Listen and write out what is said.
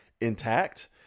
intact